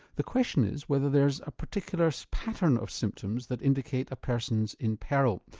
the question is whether there's a particular so pattern of symptoms that indicate a person in peril.